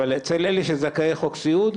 אבל אצל אלה שזכאי חוק סיעוד,